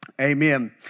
amen